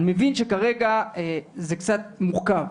אני מבין שכרגע זה קצת מורכב.